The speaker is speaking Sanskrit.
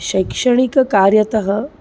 शैक्षणिककार्यतः